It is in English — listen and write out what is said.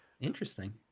Interesting